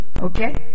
Okay